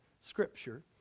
Scripture